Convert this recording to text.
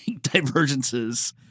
divergences